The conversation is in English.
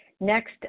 Next